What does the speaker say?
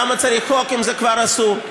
למה צריך חוק אם זה כבר אסור?